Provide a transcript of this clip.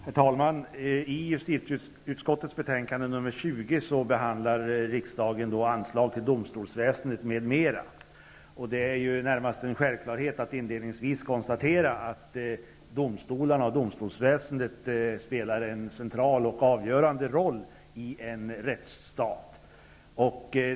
Herr talman! I justitieutskottets betänkande 20 behandlas anslag till domstolsväsendet m.m. Det är närmast en självklarhet att inledningsvis konstatera att domstolarna och domstolsväsendet spelar en central och avgörande roll i en rättsstat.